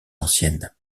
ancienne